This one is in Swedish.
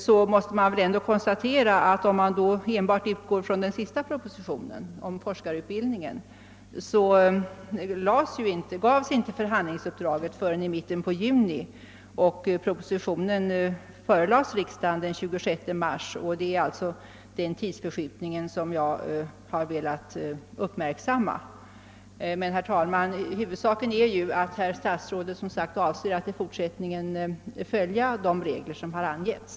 Man måste emellertid, om man - enbart utgår från den sist framlagda propositionen, om forskarutbildningen, konstatera att förhandlingsuppdraget inte lämmades förrän i mitten av juni medan propositionen förelades riksdagen den 26 mars. Det är denna tidsintervall som jag velat uppmärksamma. Huvudsaken är dock att statsrådet avser att i fortsättningen följa de regler som angivits.